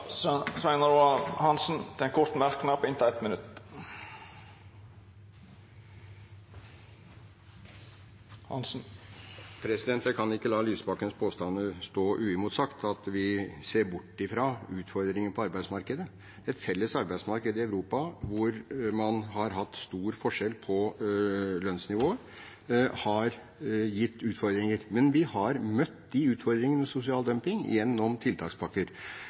Representanten Svein Roald Hansen har hatt ordet to gonger tidlegare og får ordet til ein kort merknad, avgrensa til 1 minutt. Jeg kan ikke la Lysbakkens påstander stå uimotsagt – at vi ser bort fra utfordringer på arbeidsmarkedet. Et felles arbeidsmarked i Europa, hvor man har hatt stor forskjell på lønnsnivået, har gitt utfordringer. Men vi har møtt de utfordringene med sosial dumping gjennom tiltakspakker.